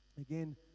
Again